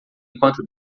enquanto